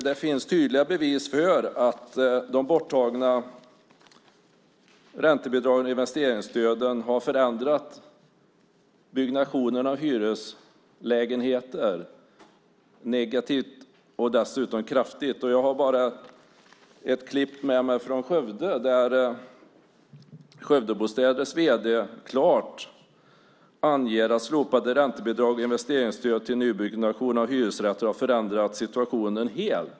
Det finns tydliga bevis på att de borttagna räntebidragen och investeringsstöden har förändrat byggnationen av hyreslägenheter negativt och kraftigt. Jag har ett klipp med mig från Skövde, där Skövdebostäders vd klart anger att slopade räntebidrag och investeringsstöd till nybyggnation av hyresrätter helt har förändrat situationen.